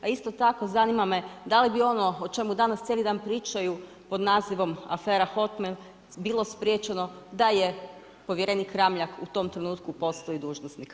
A isto tako zanima me da li bi ono o čemu danas cijeli dan pričaju pod nazivom afera Hotmail bilo spriječeno da je povjerenik Ramljak u tom trenutku postao i dužnosnik?